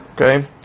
okay